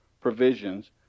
provisions